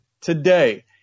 today